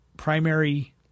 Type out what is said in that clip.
primary